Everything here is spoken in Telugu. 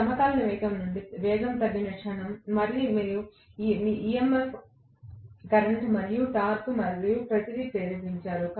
సమకాలిక వేగం నుండి వేగం తగ్గిన క్షణం మళ్ళీ మీరు EMF కరెంట్ మరియు టార్క్ మరియు ప్రతిదీ ప్రేరేపించారు